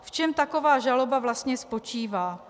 V čem taková žaloba vlastně spočívá?